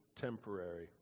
temporary